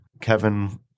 Kevin